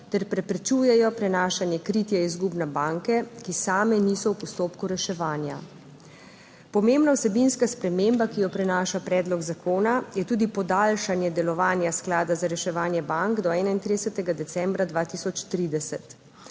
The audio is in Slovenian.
ter preprečujejo prenašanje kritja izgub na banke, ki same niso v postopku reševanja. Pomembna vsebinska sprememba, ki jo prinaša predlog zakona je tudi podaljšanje delovanja sklada za reševanje bank do 31. decembra 2030.